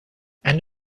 and